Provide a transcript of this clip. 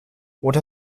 oder